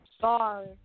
Sorry